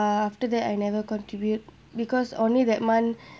after that I never contribute because only that month